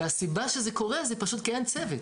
והסיבה שזה קורה היא פשוט כי אין צוות,